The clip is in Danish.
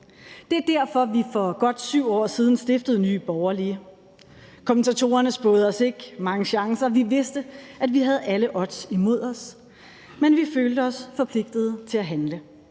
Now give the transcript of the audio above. Det er derfor, at vi for godt 7 år siden stiftede Nye Borgerlige. Kommentatorerne spåede os ikke mange chancer. Vi vidste, at vi havde alle odds imod os, men vi følte os forpligtet til at handle.